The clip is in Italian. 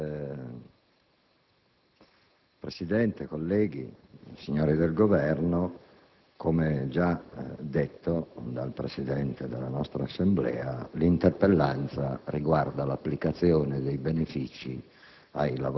Presidente, onorevoli colleghi, signori del Governo, come anticipato dal Presidente della nostra Assemblea, l'interpellanza riguarda l'applicazione dei benefici